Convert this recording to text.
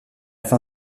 fin